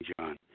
John